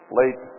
late